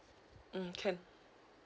mm can